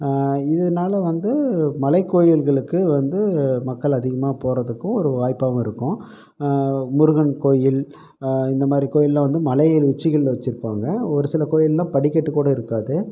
இதனால வந்து மலைக் கோயில்களுக்கு வந்து மக்கள் அதிகமாக போகறதுக்கும் ஒரு வாய்ப்பாகவும் இருக்கும் முருகன் கோயில் இந்தமாதிரி கோயில்லாம் வந்து மலைகளின் உச்சிகளில் வச்சுருப்பாங்க ஒரு சில கோயிலில் படிக்கட்டுக் கூட இருக்காது